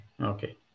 Okay